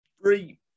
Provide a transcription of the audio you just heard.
Three